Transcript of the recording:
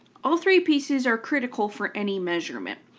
all three pieces are critical for any measurement,